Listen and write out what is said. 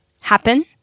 happen